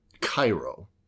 Cairo